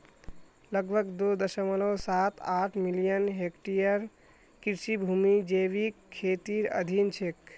लगभग दो दश्मलव साथ आठ मिलियन हेक्टेयर कृषि भूमि जैविक खेतीर अधीन छेक